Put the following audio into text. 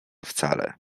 wcale